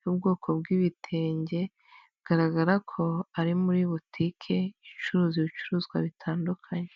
y'ubwoko bw'ibitenge bigaragara ko ari muri botike icururuza ibicuruzwa bitandukanye.